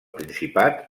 principat